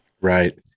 Right